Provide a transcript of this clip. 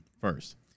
first